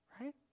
Right